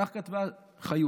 כך כתבה חיות: